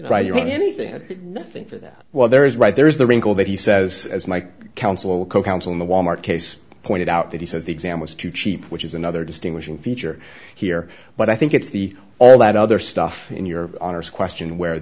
write you anything nothing for that well there is right there is the wrinkle that he says as my counsel co counsel in the wal mart case pointed out that he says the exam was too cheap which is another distinguishing feature here but i think it's the all that other stuff in your honour's question where